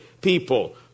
people